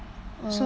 orh